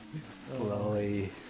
slowly